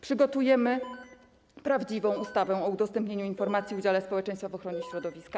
Przygotujemy prawdziwą ustawę o udostępnianiu informacji i udziale społeczeństwa w ochronie środowiska.